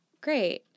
great